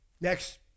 Next